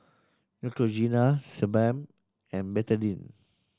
Neutrogena Sebamed and Betadine